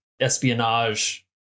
espionage